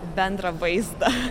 bendrą vaizdą